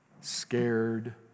scared